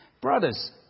Brothers